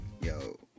yo